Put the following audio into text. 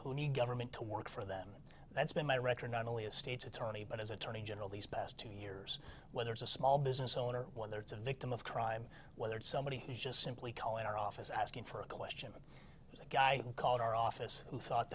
who need government to work for them and that's been my record not only as state's attorney but as attorney general these past two years whether it's a small business owner whether it's a victim of crime whether it's somebody who just simply calling our office asking for a question was a guy who called our office who thought